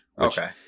okay